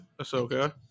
Ahsoka